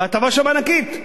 וההטבה שם ענקית.